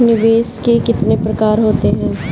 निवेश के कितने प्रकार होते हैं?